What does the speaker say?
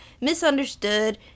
misunderstood